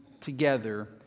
together